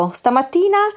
stamattina